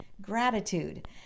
gratitude